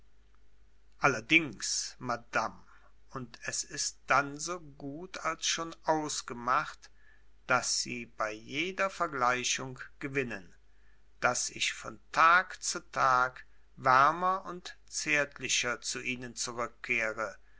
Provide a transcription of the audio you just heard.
allerdings madame und es ist dann so gut als schon ausgemacht daß sie bei jeder vergleichung gewinnen daß ich von tag zu tag wärmer und zärtlicher zu ihnen